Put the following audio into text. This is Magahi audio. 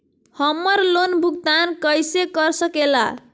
हम्मर लोन भुगतान कैसे कर सके ला?